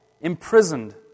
imprisoned